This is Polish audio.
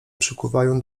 przykuwają